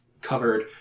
covered